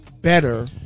better